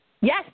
Yes